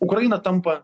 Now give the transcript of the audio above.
ukraina tampa